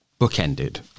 bookended